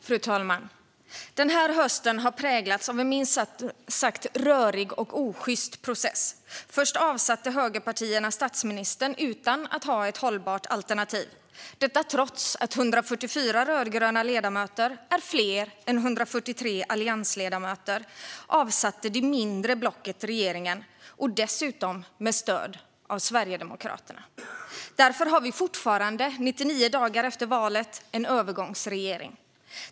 Fru talman! Den här hösten har präglats av en minst sagt rörig och osjyst process. Först avsatte högerpartierna statsministern utan att ha ett hållbart alternativ. Trots att 144 rödgröna ledamöter är fler än 143 alliansledamöter avsatte det mindre blocket regeringen, dessutom med stöd av Sverigedemokraterna. Därför har vi fortfarande, 99 dagar efter valet, en övergångsregering.